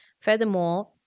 Furthermore